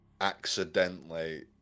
Accidentally